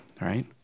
right